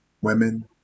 women